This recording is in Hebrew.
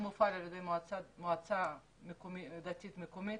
הוא מופעל על-ידי מועצה דתית מקומית.